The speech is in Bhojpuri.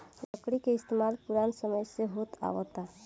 लकड़ी के इस्तमाल पुरान समय से होत आवता